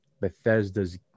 Bethesda's